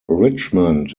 richmond